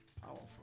Powerful